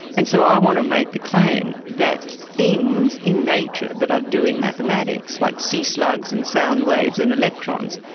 and so i want to make the claim that things in nature that are doing mathematics, like sea slugs and sound waves and electrons,